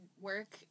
work